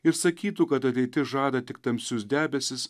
ir sakytų kad ateitis žada tik tamsius debesis